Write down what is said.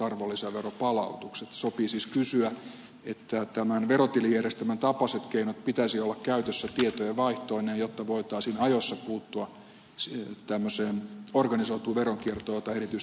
sopii siis kysyä eikö tämän verotilijärjestelmän tapaisten keinojen pitäisi olla käytössä tietojenvaihtoineen jotta voitaisiin ajoissa puuttua tämmöiseen organisoituun veronkiertoon jota erityisesti rakennusalalla on